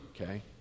Okay